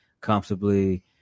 comfortably